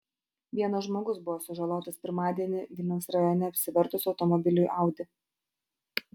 vienas žmogus buvo sužalotas pirmadienį vilniaus rajone apsivertus automobiliui audi